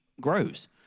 grows